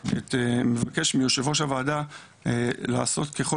ומבקש מיושב ראש הוועדה לעשות ככל